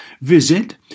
Visit